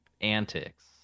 antics